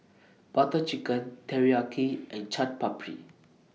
Butter Chicken Teriyaki and Chaat Papri